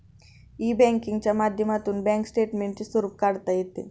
E बँकिंगच्या माध्यमातून bank स्टेटमेंटचे स्वरूप काढता येतं